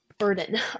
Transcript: burden